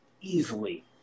easily